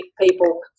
people